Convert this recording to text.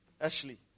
Ashley